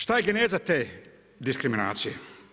Šta je geneza te diskriminacije?